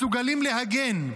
מסוגלים להגן.